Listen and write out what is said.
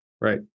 Right